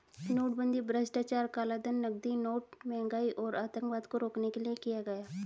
नोटबंदी भ्रष्टाचार, कालाधन, नकली नोट, महंगाई और आतंकवाद को रोकने के लिए किया गया